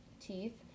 teeth